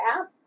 app